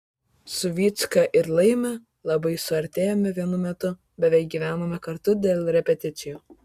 su vycka ir laimiu labai suartėjome vienu metu beveik gyvenome kartu dėl repeticijų